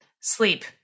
Sleep